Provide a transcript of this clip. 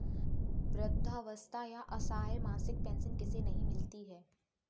वृद्धावस्था या असहाय मासिक पेंशन किसे नहीं मिलती है?